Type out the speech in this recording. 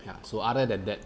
ya so other than that